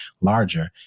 larger